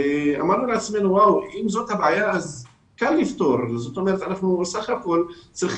חשבנו שקל לפתור את הבעיה הזו כי בסך הכול צריך